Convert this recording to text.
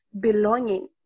belonging